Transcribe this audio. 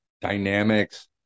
dynamics